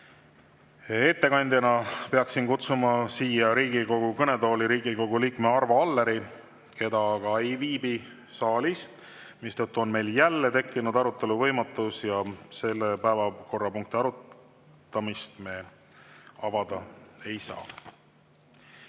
Ettekandeks peaksin kutsuma siia Riigikogu kõnetooli Riigikogu liikme Arvo Alleri, kes aga ei viibi saalis, mistõttu on meil jälle tekkinud arutelu võimatus. Selle päevakorrapunkti arutamist me avada ei saa.